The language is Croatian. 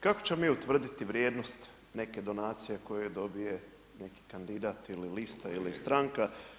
Kako ćemo mi utvrditi vrijednost neke donacije koju dobije neki kandidat ili lista ili stranka?